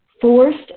forced